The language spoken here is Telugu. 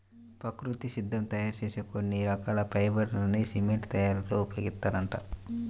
ప్రకృతి సిద్ధంగా తయ్యారు చేసే కొన్ని రకాల ఫైబర్ లని సిమెంట్ తయ్యారీలో ఉపయోగిత్తారంట